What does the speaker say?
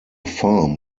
farm